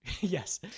Yes